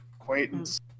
acquaintance